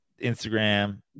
Instagram